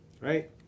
right